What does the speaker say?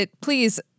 please